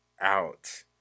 out